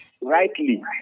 rightly